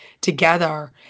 together